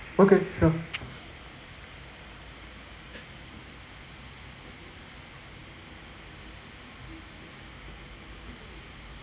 okay sure